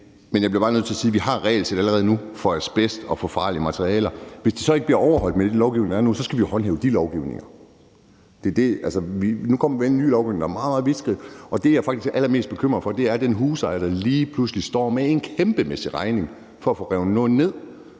Men jeg bliver bare nødt til at sige, at vi allerede nu har et regelsæt for asbest og for farlige materialer, men hvis det så ikke bliver overholdt med den lovgivning, der er nu, skal vi håndhæve den lovgivning. Nu kommer der en ny lovgivning, der er meget, meget vidtgående, og det, jeg faktisk er allermest bekymret for, er, at der er en husejer, der lige pludselig står med en kæmpemæssig regning for at få revet noget ned,